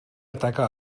ataca